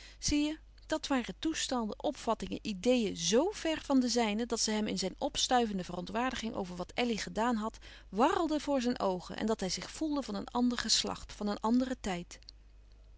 zie je dat waren toestanden opvattingen ideeën zo verre van de zijne dat ze hem in zijn opstuivende verontwaardiging over wat elly gedaan had wàrrelden voor zijn oogen en dat hij zich voelde van een ander geslacht van een anderen tijd